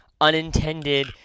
unintended